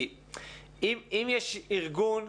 כי אם יש ארגון,